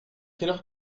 heure